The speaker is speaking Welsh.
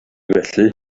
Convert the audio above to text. felly